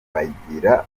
bagira